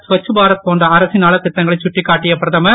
ஸ்வச் பாரத் போன்ற அரசின் நலத்திட்டங்களைச் கட்டிக்காட்டிய பிரதமர்